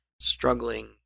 struggling